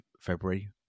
February